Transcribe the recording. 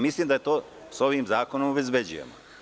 Mislim da to sa ovim zakonom obezbeđujemo.